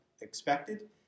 expected